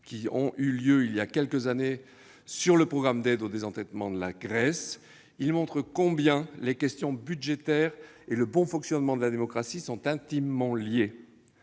qui ont eu lieu il y a quelques années sur le programme d'aide au désendettement de la Grèce. Il montre combien les questions budgétaires et le bon fonctionnement de la démocratie sont intimement liés.